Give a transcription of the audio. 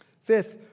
Fifth